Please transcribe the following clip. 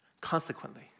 consequently